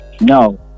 no